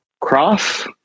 Cross